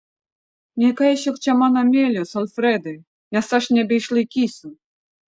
nekaišiok čia man amelijos alfredai nes aš nebeišlaikysiu